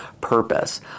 purpose